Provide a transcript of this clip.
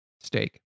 Steak